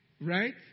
Right